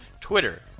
Twitter